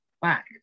back